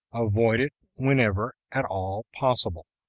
avoid it whenever at all possible.